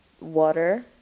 water